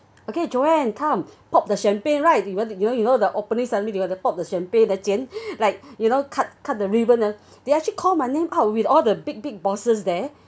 okay joanne come pop the champagne right you know you know the opening suddenly they want to pop the champagne then 剪 like you know cut cut the ribbon ah they actually call my name out with all the big big bosses there